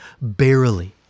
barely